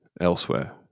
Elsewhere